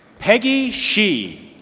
peggy shee